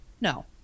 No